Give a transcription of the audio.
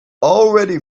already